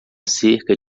cerca